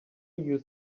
you